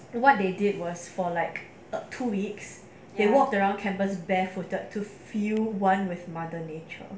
what they did was for like two weeks he walked around campus barefooted to feel one with mother nature